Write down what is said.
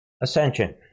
Ascension